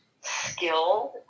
skilled